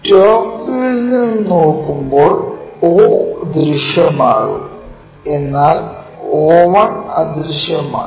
top വ്യൂവിൽ നിന്ന് നോക്കുമ്പോൾ o ദൃശ്യമാകും എന്നാൽ o1 അദൃശ്യമാണ്